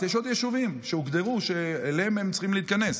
יש עוד יישובים שהוגדר שאליהם הם צריכים להתכנס,